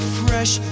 fresh